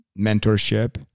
mentorship